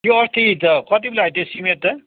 त्यो अस्ति त कति पो ल्यायो त्यो सिमेन्ट त